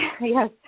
Yes